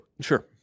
Sure